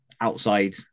outside